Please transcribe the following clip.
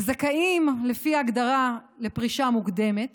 לזכאים לפי ההגדרה לפרישת מוקדמת